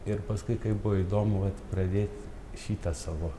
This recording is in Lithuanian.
ir paskui kaip buvo įdomu vat pradėt šitą savo